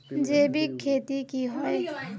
जैविक खेती की होय?